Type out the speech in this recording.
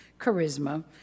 charisma